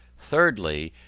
thirdly.